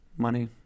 Money